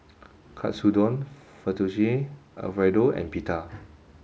Katsudon Fettuccine Alfredo and Pita